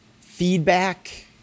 feedback